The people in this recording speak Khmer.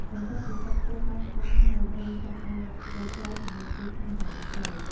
បន្ទាប់ពីទឹកពោតបានក្ដៅហើយ យើងចាប់ផ្ដើមដាក់ស្ករស ចំនួន២ខាំកន្លះចូល។